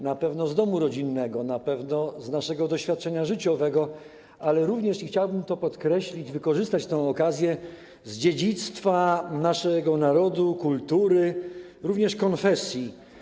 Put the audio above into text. Na pewno z domu rodzinnego, na pewno z naszego doświadczenia życiowego, ale również - i chciałbym to podkreślić, wykorzystać tę okazję - z dziedzictwa naszego narodu, kultury, również konfesji.